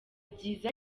byiza